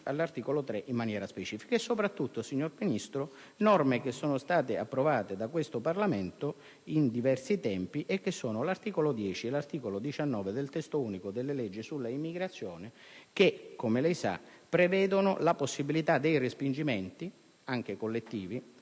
(l'articolo 3, in maniera specifica), nonché e soprattutto, signor Ministro, le norme che sono stata approvate da questo Parlamento in tempi diversi, mi riferisco all'articolo 10 e all'articolo 19 del Testo unico delle leggi sull'immigrazione che, come lei sa, prevedono la possibilità di respingimenti anche collettivi,